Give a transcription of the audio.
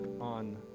on